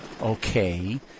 Okay